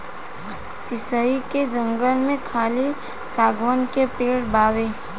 शीशइ के जंगल में खाली शागवान के पेड़ बावे